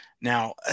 Now